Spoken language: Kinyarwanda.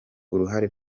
uruhare